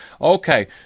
Okay